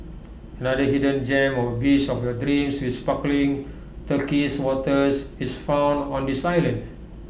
another hidden gem of A beach of your dreams with sparkling turquoise waters is found on this island